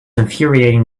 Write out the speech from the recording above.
infuriating